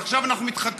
אז עכשיו אנחנו מתחכמים,